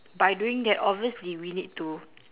by doing that obviously we need to